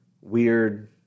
weird